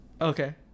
Okay